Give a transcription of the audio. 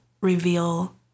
reveal